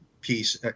piece